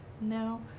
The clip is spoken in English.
No